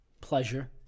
pleasure